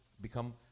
become